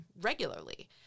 regularly